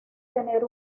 tener